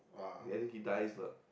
and then he dies lah